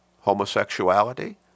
homosexuality